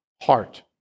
heart